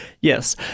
Yes